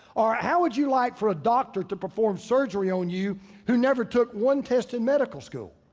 or how would you like for a doctor to perform surgery on you who never took one test in medical school?